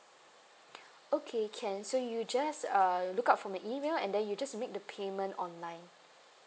okay can so you just uh look out for my email and then you just make the payment online